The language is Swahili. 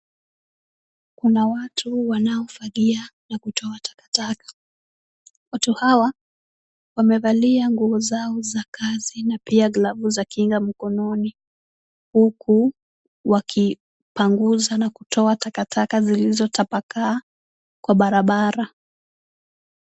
Kuna watu wanaofagia na kutoa takataka. Watu hawa wamevalia nguo zao za kazi na pia glavu za kinga mkononi, huku wakipanguza na kutoa takataka zilizotapakaa kwa barabara.